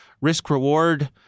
risk-reward